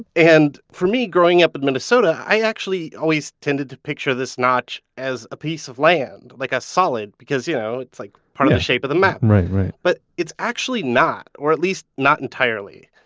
and for me, growing up in minnesota, i actually always tended to picture this notch as a piece of land, like a solid, because you know it's like part of the shape of the map. but it's actually not, or at least not entirely.